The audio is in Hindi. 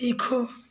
सीखो